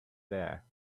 there